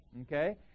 Okay